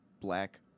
black